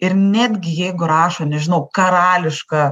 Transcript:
ir netgi jeigu rašo nežinau karališka